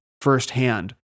firsthand